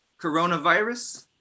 coronavirus